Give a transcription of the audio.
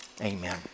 amen